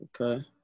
Okay